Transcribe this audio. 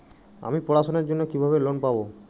আমি পড়াশোনার জন্য কিভাবে লোন পাব?